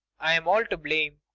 i'm all to blame.